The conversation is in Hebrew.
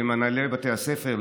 למנהלי בתי הספר,